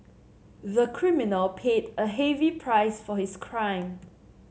the criminal paid a heavy price for his crime